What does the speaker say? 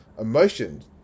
emotions